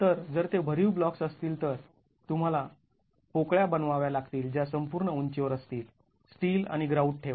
तर जर ते भरीव ब्लॉक्स् असतील तर तुम्हाला पोकळ्या बनवाव्या लागतील ज्या संपूर्ण उंचीवर असतील स्टील आणि ग्राउट ठेवा